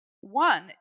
One